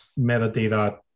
metadata